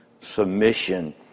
submission